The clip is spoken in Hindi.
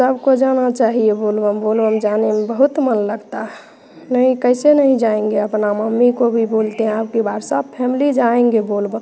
सबको जाना चाहिए बोल बम बोल बम जाने म बहुत मन लगता है नहीं कैसे नहीं जाएंगे अपना मम्मी को भी बोलते हैं अबकी बार सब फेमिली जाएंगे बोल बम